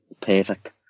perfect